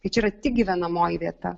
tai čia yra tik gyvenamoji vieta